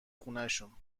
خونشون